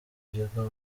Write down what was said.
gihombo